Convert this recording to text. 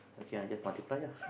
okay I just multiply lah